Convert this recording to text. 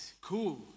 cool